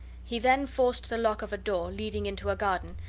he then forced the lock of a door leading into a garden,